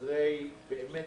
אחרי באמת